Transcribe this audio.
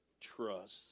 trust